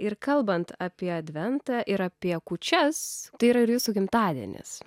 ir kalbant apie adventą ir apie kūčias tai yra ir jūsų gimtadienis